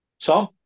Tom